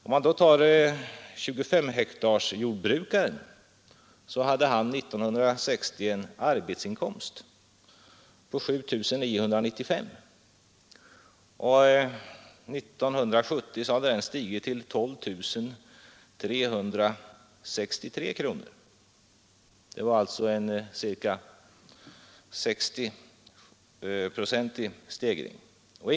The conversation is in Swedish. En jordbrukare på en 25 hektars gård hade år 1960 en arbetsinkomst av 7 995 kronor, och år 1970 hade den stigit till 12 363 kronor. Det var alltså en stegring på ca 60 procent.